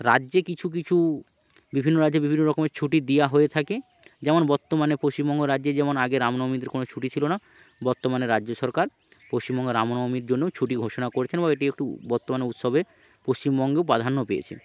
রাজ্যে কিছু কিছু বিভিন্ন রাজ্যে বিভিন্ন রকমের ছুটি দেওয়া হয়ে থাকে যেমন বর্তমানে পশ্চিমবঙ্গ রাজ্যে যেমন আগে রামনবমীতে কোনও ছুটি ছিল না বর্তমানে রাজ্য সরকার পশ্চিমবঙ্গে রামনবমীর জন্যও ছুটি ঘোষণা করেছেন এবং এটি একটি উ বর্তমানে উৎসবে পশ্চিমবঙ্গেও প্রাধান্য পেয়েছে